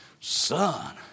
Son